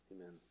amen